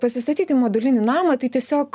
pasistatyti modulinį namą tai tiesiog